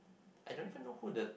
I don't even know who the